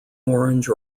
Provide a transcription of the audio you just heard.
orange